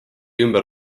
ümber